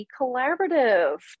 collaborative